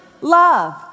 love